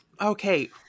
okay